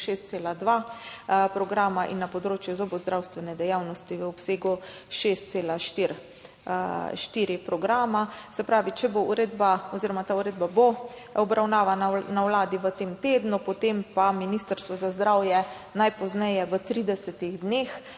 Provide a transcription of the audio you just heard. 6,2 programa in na področju zobozdravstvene dejavnosti v obsegu 6,4 programa. Se pravi, ta uredba bo obravnavana na Vladi v tem tednu, potem pa Ministrstvo za zdravje najpozneje v 30 dneh